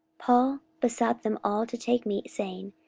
paul besought them all to take meat, saying,